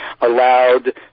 allowed